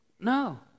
No